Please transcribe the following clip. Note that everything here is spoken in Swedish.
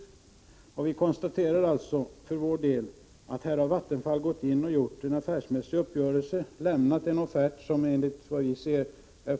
Vi konstaterar alltså för vår del att Vattenfall har träffat en affärsmässig uppgörelse, lämnat en offert som är fullt försvarbar — enligt vad vi kan se.